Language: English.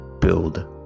build